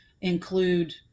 include